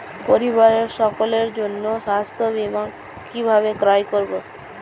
পরিবারের সকলের জন্য স্বাস্থ্য বীমা কিভাবে ক্রয় করব?